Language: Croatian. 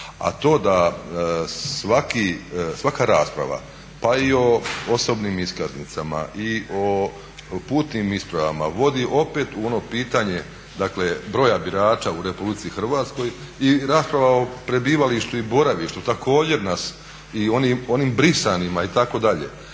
A to da svaka rasprava pa i osobnim iskaznicama, i o putnim ispravama vodi opet u ono pitanje dakle broja birača u RH i rasprava o prebivalištu i boravištu također nas, i onim brisanima itd. Dakle,